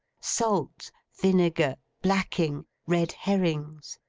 salt, vinegar, blacking, red-herrings,